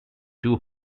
two